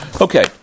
Okay